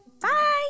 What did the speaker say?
Bye